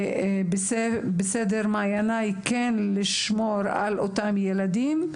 בראש מעייניי לשמור על אותם ילדים,